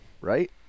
right